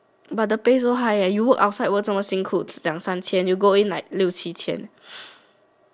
but the pay so high eh you work outside work 这么幸苦两三千 you go in like 六七千